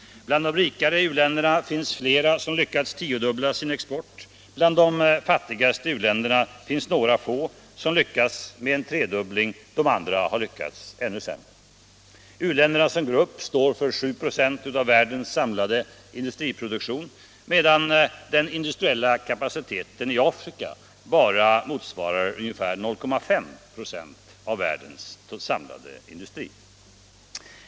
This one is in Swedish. Bland de rikare u-länderna finns flera som lyckats tiodubbla sin export, och bland de fattigaste finns några som lyckats med en tredubbling. De andra har lyckats ännu sämre. U-länderna som grupp står för 7 96 av världens samlade industriproduktion, medan den industriella kapaciteten i Afrika bara motsvarar 0,5 96 av världens samlade industri.